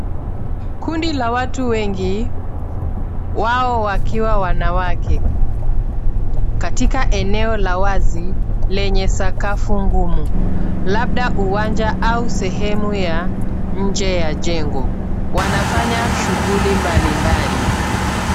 Kundi la watu wengi wao wakiwa wanawake katika eneo la wazi lenye sakafu ngumu. Labda uwanja au sehemu ya nje ya jengo. Wanafanya shughuli mbalimbali.